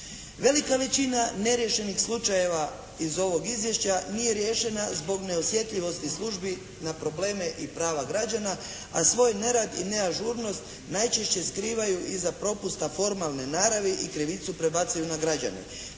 Velika većina neriješenih slučajeva iz ovog izvješća nije riješena zbog neosjetljivosti službi na probleme i prava građana, a svoj nerad i neažurnost najčešće skrivaju iza propusta formalne naravi i krivicu prebacuju na građane.